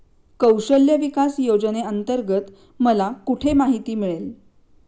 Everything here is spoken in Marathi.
कौशल्य विकास योजनेअंतर्गत मला कुठे माहिती मिळेल?